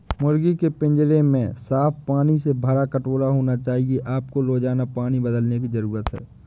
मुर्गी के पिंजरे में साफ पानी से भरा कटोरा होना चाहिए आपको रोजाना पानी बदलने की जरूरत है